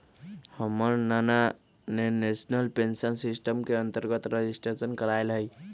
हमर नना ने नेशनल पेंशन सिस्टम के अंतर्गत रजिस्ट्रेशन करायल हइ